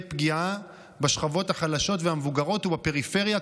פגיעה בשכבות החלשות והמבוגרות ובפריפריה,